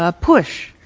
ah push,